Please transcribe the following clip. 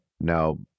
now